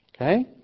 Okay